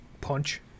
punch